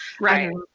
Right